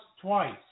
twice